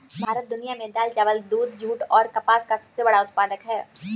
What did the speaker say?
भारत दुनिया में दाल, चावल, दूध, जूट और कपास का सबसे बड़ा उत्पादक है